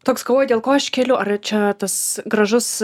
toks galvoji dėl ko aš keliu ar čia tas gražus